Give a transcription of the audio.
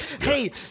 Hey